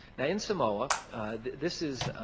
now in samoa this is